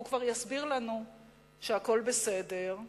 והוא כבר יסביר לנו שהכול בסדר.